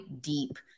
deep